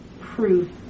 proof